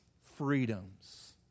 freedoms